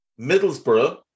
Middlesbrough